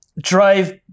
drive